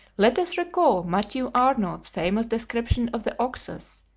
let us recall matthew arnold's famous description of the oxus,